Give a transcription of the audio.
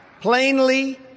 plainly